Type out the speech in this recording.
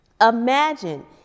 Imagine